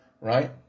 Right